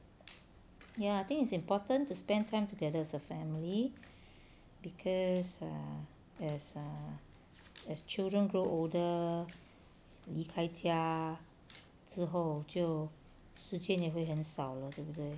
ya I think it's important to spend time together as a family because err as err as children grow older 离开家之后就时间也会很少了对不对